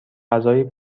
غذای